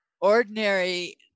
ordinary